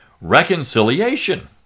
Reconciliation